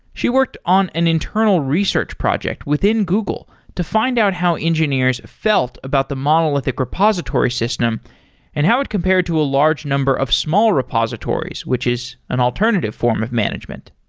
she worked on an internal research project within google to find out how engineers felt about the monolithic repository system and how it compared to a large number of small repositories, which is an alternative form of management.